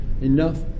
enough